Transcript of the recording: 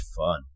fun